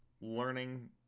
Learning